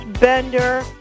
Bender